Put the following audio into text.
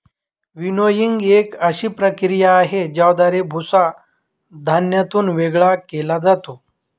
winnowing एक अशी प्रक्रिया आहे, ज्याद्वारे भुसा धान्यातून वेगळा केला जातो